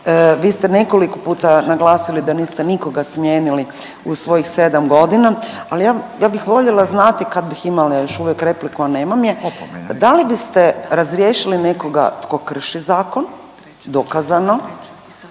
Vi ste nekoliko puta naglasili da niste nikoga smijenili u svojih 7 godina, ali ja bih voljela znati kad bih imala još uvijek repliku, a nemam je, da li biste razriješili nekoga tko krši zakon dokazano,